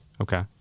Okay